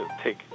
take